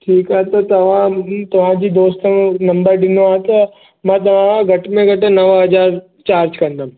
ठीकु आहे त तव्हां मुंहिंजी तव्हांजी दोस्त जो नंबर ॾिनो आहे त मां तव्हां खां घटि में घटि नव हज़ार चार्ज कंदमि